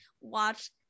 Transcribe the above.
watch